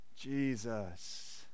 Jesus